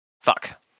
Fuck